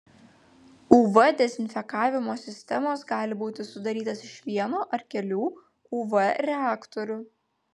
uv dezinfekavimo sistemos gali būti sudarytos iš vieno ar kelių uv reaktorių